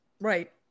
right